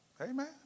Amen